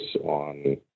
on